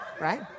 Right